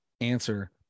answer